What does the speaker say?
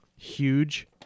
Huge